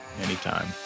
anytime